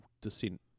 descent